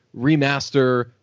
remaster